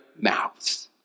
mouths